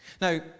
now